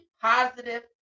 positive